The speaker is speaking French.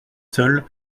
seul